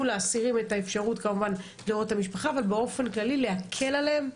לאסירים את האפשרות לראות את המשפחה ובאופן כללי להקל עליהם,